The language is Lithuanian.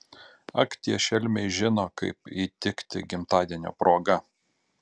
ak tie šelmiai žino kaip įtikti gimtadienio proga